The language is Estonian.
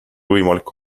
võimalik